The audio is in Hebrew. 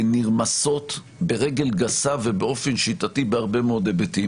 נרמסות ברגל גסה ובאופן שיטתי בהרבה מאוד היבטים.